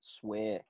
swear